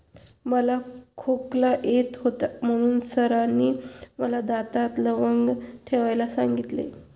मला खोकला येत होता म्हणून सरांनी मला दातात लवंग ठेवायला सांगितले